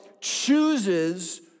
chooses